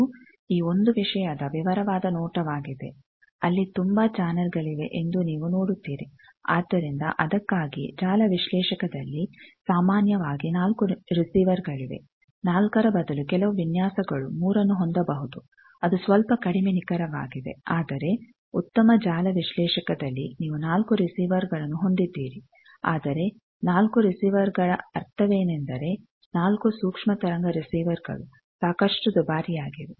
ಇದು ಈ ಒಂದು ವಿಷಯದ ವಿವರವಾದ ನೋಟವಾಗಿದೆ ಅಲ್ಲಿ ತುಂಬಾ ಚಾನೆಲ್ಗಳಿವೆ ಎಂದು ನೀವು ನೋಡುತ್ತೀರಿ ಆದ್ದರಿಂದ ಅದಕ್ಕಾಗಿಯೇ ಜಾಲ ವಿಶ್ಲೇಷಕದಲ್ಲಿ ಸಾಮಾನ್ಯವಾಗಿ ನಾಲ್ಕು ರಿಸೀವರ್ಗಳಿವೆ ನಾಲ್ಕರ ಬದಲು ಕೆಲವು ವಿನ್ಯಾಸಗಳು ಮೂರನ್ನು ಹೊಂದಬಹುದು ಅದು ಸ್ವಲ್ಪ ಕಡಿಮೆ ನಿಖರವಾಗಿದೆ ಆದರೆ ಉತ್ತಮ ಜಾಲ ವಿಶ್ಲೇಷಕದಲ್ಲಿ ನೀವು ನಾಲ್ಕು ರಿಸೀವರ್ಗಳನ್ನು ಹೊಂದಿದ್ದೀರಿ ಆದರೆ ನಾಲ್ಕು ರಿಸೀವರ್ಗಳ ಅರ್ಥವೇನೆಂದರೆ ನಾಲ್ಕು ಸೂಕ್ಷ್ಮ ತರಂಗ ರಿಸೀವರ್ ಗಳು ಸಾಕಷ್ಟು ದುಬಾರಿಯಾಗಿವೆ